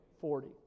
Forty